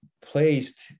placed